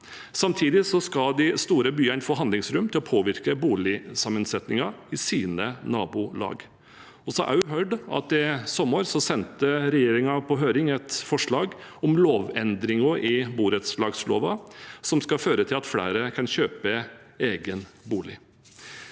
Samtidig skal de store byene få handlingsrom til å påvirke boligsammensetningen i sine nabolag. Vi har også hørt at i sommer sendte regjeringen på høring et forslag om lovendringer i borettslagsloven, som skal føre til at flere kan kjøpe egen bolig.